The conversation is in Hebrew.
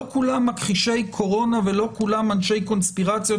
לא כולם מכחישי קורונה ולא כולם אנשי קונספירציות.